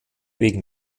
wegen